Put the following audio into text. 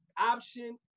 option